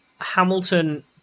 hamilton